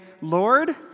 Lord